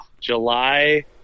July –